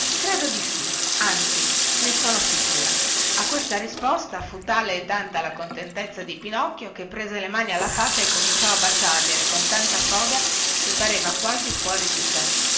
credo di sì anzi ne sono sicura a questa risposta fu tale e tanta la contentezza di pinocchio che prese le mani alla fata e cominciò a baciargliele con tanta foga che pareva quasi fuori di sé